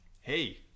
hey